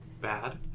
bad